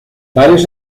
varios